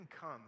come